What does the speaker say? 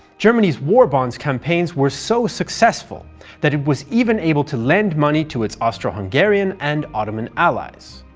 germany's war bonds campaigns were so successful that it was even able to lend money to its austro-hungarian and ottoman allies.